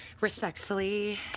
respectfully